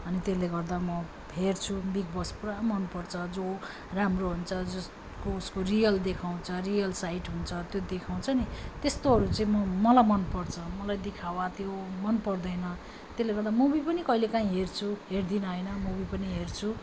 अनि त्यसले गर्दा म हेर्छु बिग बस पुरा मन पर्छ जो राम्रो हुन्छ जसको उसको रियल देखाउँछ रियल साइट हुन्छ त्यो देखाउँछ नि त्यस्तोहरू चाहिँ म मलाई मन पर्छ मलाई दिखावा त्यो मन पर्दैन त्यसले गर्दा मुभि पनि कहिले काहीँ हेर्छु हेर्दिनँ होइन मुभि पनि हेर्छु